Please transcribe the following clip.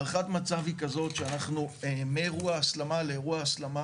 הערכת מצב היא כזאת שמאירוע הסלמה לאירוע הסלמה